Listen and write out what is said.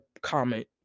comment